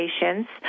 patients